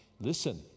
listen